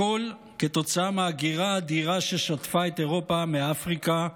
הכול כתוצאה מההגירה האדירה ששטפה את אירופה מאפריקה,